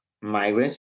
migrants